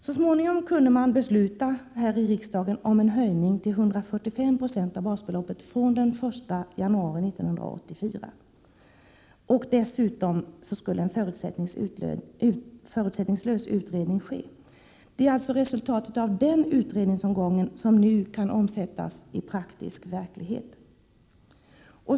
Så småningom kunde riksdagen besluta om en höjning till 145 96 av basbeloppet från den 1 januari 1984. Dessutom skulle en förutsättningslös utredning ske. Det är alltså resultatet av den utredningsomgången som nu kan omsättas i praktisk verklighet.